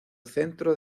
centro